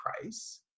price